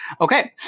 Okay